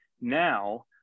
now